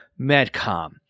MedCom